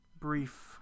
brief